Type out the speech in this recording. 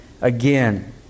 again